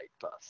bus